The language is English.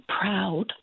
proud